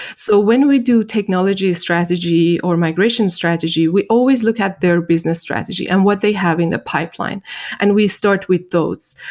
so when we do technology strategy or migration strategy, we always look at their business strategy and what they have in the pipeline and we start with those.